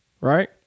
right